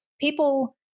people